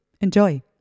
Enjoy